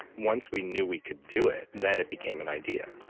once we knew we could do it, then it became an idea.